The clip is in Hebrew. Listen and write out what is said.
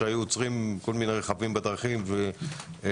כשהיו עוצרים כל מיני רכבים בדרכים ובאמצעות